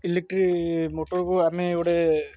electric ମୋଟର୍କୁ ଆମେ ଗୋଟେ